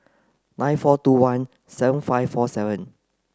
nine four two one seven five four seven